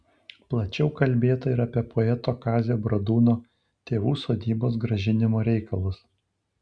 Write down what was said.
plačiau kalbėta ir apie poeto kazio bradūno tėvų sodybos grąžinimo reikalus